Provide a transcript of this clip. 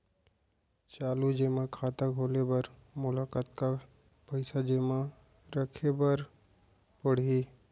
चालू जेमा खाता खोले बर मोला कतना पइसा जेमा रखे रहे बर पड़ही?